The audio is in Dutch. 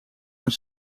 een